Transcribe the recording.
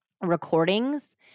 recordings